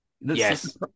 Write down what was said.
Yes